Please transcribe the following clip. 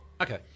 Okay